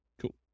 Cool